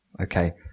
Okay